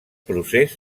procés